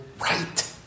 right